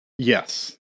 Yes